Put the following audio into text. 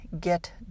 get